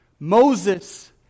Moses